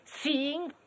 seeing